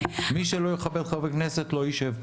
מי שלא יכבד את חברי כנסת לא יישב פה.